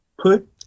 put